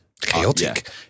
Chaotic